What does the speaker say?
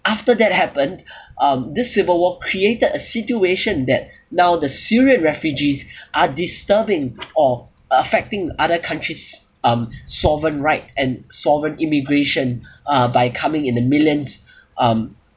after that happened um this civil war created a situation that now the syrian refugees are disturbing or affecting other countries um sovereign right and sovereign immigration uh by coming in the millions um